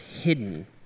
hidden